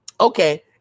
Okay